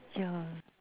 yeah